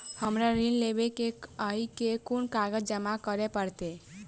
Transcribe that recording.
हमरा ऋण लेबै केँ अई केँ कुन कागज जमा करे पड़तै?